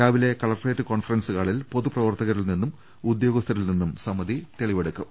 രാവിലെ collectorate conference ഹാളിൽ പൊതുപ്രവർത്തകരിൽ നിന്നും ഉദ്യോഗസ്ഥരിൽ നിന്നും സമിതി തെളിവെടുക്കും